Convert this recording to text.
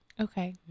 Okay